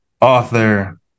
author